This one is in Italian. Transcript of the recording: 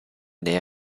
dei